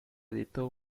editó